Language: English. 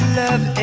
love